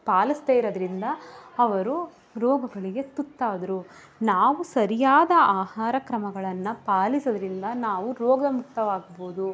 ಪಾಲಿಸ್ದೆ ಇರೋದರಿಂದ ಅವರು ರೋಗಗಳಿಗೆ ತುತ್ತಾದರು ನಾವು ಸರಿಯಾದ ಆಹಾರ ಕ್ರಮಗಳನ್ನು ಪಾಲಿಸೋದರಿಂದ ನಾವು ರೋಗ ಮುಕ್ತವಾಗ್ಬೋದು